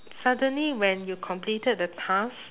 suddenly when you completed the task